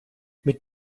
mit